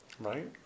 Right